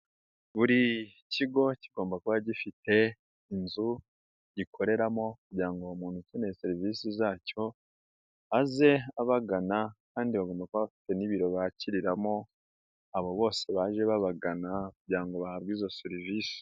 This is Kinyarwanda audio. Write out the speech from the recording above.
Buri kigo kigomba kuba gifite inzu gikoreramo kugira ngo uwo muntu ukeneye serivisi zacyo aze abagana kandi babona ko bafite n'ibiro bakiriramo abo bose baje babagana kugira ngo bahabwe izo serivisi.